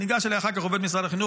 ניגש אליי אחר כך עובד משרד החינוך,